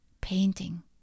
painting